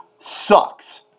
sucks